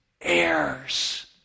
heirs